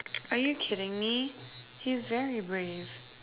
are you kidding me he's very brave